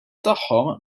tagħhom